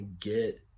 Get